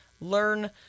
learn